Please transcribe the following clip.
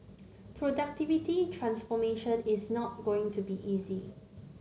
productivity transformation is not going to be easy